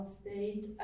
state